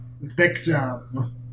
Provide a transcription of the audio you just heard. victim